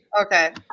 Okay